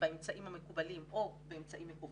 באמצעים המקובלים או באמצעים מקוונים,